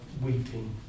weeping